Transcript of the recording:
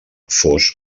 fos